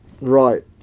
Right